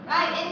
Right